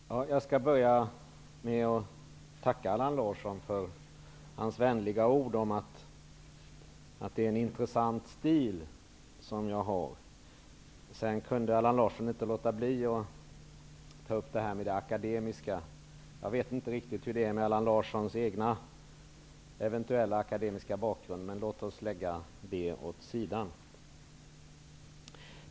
Herr talman! Jag vill börja med att tacka Allan Larsson för hans vänliga ord om att det är en intressant stil som jag har. Sedan kunde Allan Larsson inte låta bli att göra en kommentar där jag framställdes som akademisk. Jag vet inte hur det är med Allan Larssons eventuella egna akademiska bakgrund, men låt oss lägga det åt sidan.